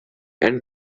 and